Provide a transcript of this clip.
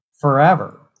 forever